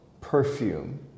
perfume